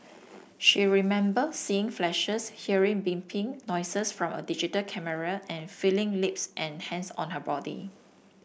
she remembered seeing flashes hearing beeping noises from a digital camera and feeling lips and hands on her body